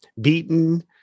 beaten